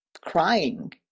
crying